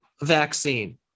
vaccine